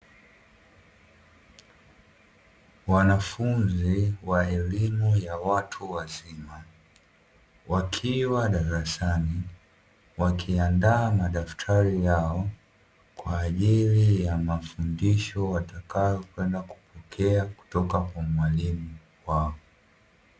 Wanafunzi wa elimu ya watu wazima wakiwa darasani, wakiandaa madaftari yao kwa ajili ya mafundisho watayokwenda kupokea kutoka kwa mwalimu wao .